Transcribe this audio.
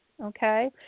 Okay